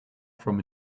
from